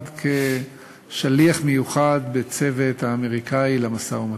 כשליח מיוחד בצוות האמריקני למשא-ומתן.